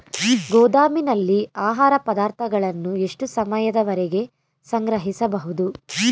ಗೋದಾಮಿನಲ್ಲಿ ಆಹಾರ ಪದಾರ್ಥಗಳನ್ನು ಎಷ್ಟು ಸಮಯದವರೆಗೆ ಸಂಗ್ರಹಿಸಬಹುದು?